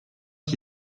qui